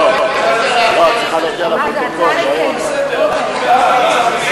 זאת הצעה לסדר-היום.